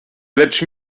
lecz